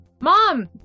mom